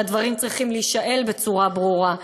והדברים צריכים להישאל בצורה ברורה.